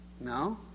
no